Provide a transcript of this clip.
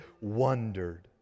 wondered